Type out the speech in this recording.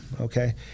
Okay